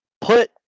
put